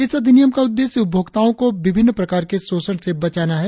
इस अधिनियम का उद्देश्य उपभोक्ताओं को विभिन्न प्रकार के शोषण से बचाना है